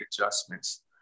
adjustments